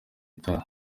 itaha